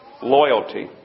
Loyalty